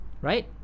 right